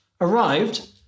arrived